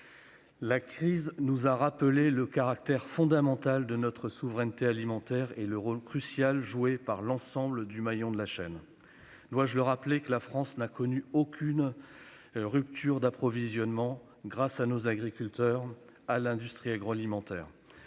La crise nous a rappelé le caractère fondamental de notre souveraineté alimentaire et le rôle crucial joué par l'ensemble des maillons de la chaîne. Dois-je rappeler que la France n'a connu aucune rupture d'approvisionnement, grâce à nos agriculteurs et à notre industrie agroalimentaire,